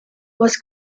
was